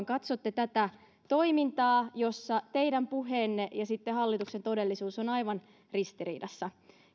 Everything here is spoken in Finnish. katsotte tätä toimintaa jossa teidän puheenne ja hallituksen todellisuus ovat aivan ristiriidassa